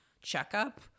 checkup